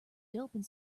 doping